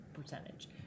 percentage